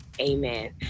amen